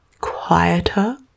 Quieter